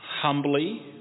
humbly